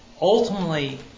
ultimately